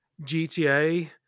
GTA